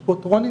ויש פה את רוני,